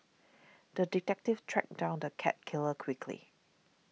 the detective tracked down the cat killer quickly